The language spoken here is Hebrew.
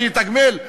שיתגמל,